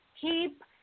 keep